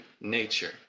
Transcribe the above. nature